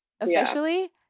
Officially